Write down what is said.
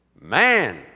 man